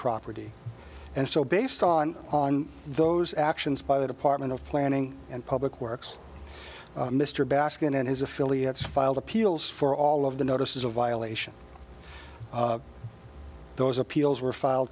property and so based on on those actions by the department of planning and public works mr baskin and his affiliates filed appeals for all of the notices a violation those appeals were file